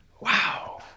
wow